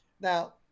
Now